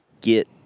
get